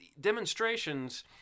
demonstrations